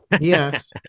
Yes